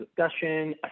discussion